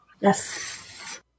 Yes